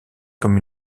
comme